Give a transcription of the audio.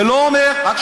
זה לא אומר, באמת?